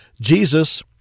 Jesus